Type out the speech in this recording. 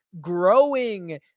growing